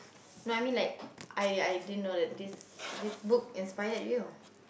no I mean I like I I didn't know that this this book inspired you